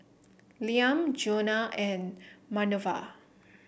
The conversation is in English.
Liam Jonna and Manerva